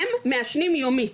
הם מעשנים יומית